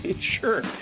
Sure